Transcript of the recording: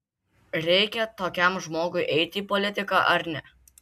reikia tokiam žmogui eiti į politiką ar ne